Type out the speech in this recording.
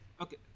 okay